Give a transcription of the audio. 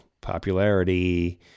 popularity